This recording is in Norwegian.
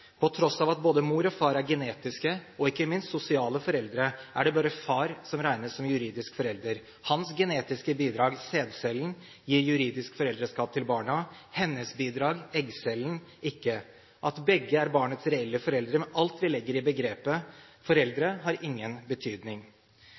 På tross av at både mor og far er genetiske – og ikke minst sosiale – foreldre, er det bare far som regnes som juridisk forelder. Hans genetiske bidrag – sædcellen – gir juridisk foreldreskap til barna, hennes bidrag – eggcellen – ikke. At begge er barnets reelle foreldre med alt vi legger i begrepet